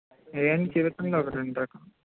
ఏమి చూపించండి ఒక రెండు రకం